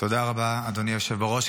אדוני היושב-ראש.